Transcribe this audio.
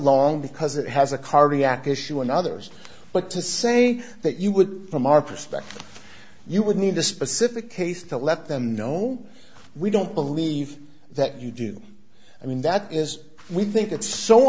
long because it has a cardiac issue and others like to say that you would from our perspective you would need a specific case to let them know we don't believe that you do i mean that is we think it's so